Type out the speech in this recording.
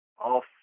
off